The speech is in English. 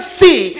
see